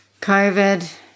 COVID